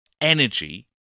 energy